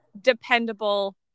dependable